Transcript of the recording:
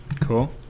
Cool